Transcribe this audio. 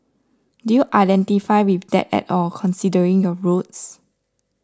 do you identify with that at all considering your roots